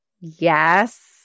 Yes